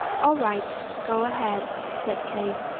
all right, go ahead, said kate.